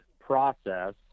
process